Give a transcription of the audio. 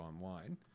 online